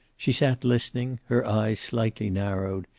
she sat listening, her eyes slightly narrowed,